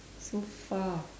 so far